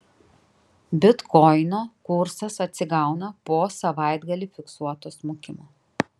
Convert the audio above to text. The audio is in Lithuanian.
bitkoino kursas atsigauna po savaitgalį fiksuoto smukimo